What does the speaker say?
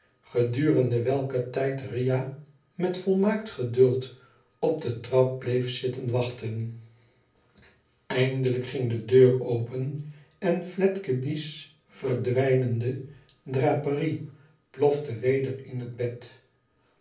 gedurende welken tijd riah met volmaakt geduld op de trap bleef zitten wachten eindelijk ging de deur open en fledgeby's verdwijnende draperie plofte weder in het bed